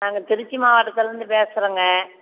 நாங்கள் திருச்சி மாவட்டத்துலேருந்து பேசுகிறோங்க